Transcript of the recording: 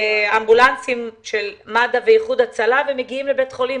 באמבולנסים של מד"א ואיחוד הצלה ומגיעים לבית חולים,